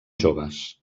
joves